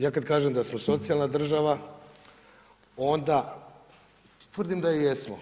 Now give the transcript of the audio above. Ja kad kažem da smo socijalna država onda tvrdim da i jesmo.